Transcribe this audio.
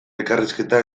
elkarrizketa